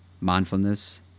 mindfulness